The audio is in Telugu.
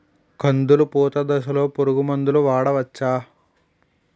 కందులు పూత దశలో పురుగు మందులు వాడవచ్చా?